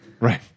Right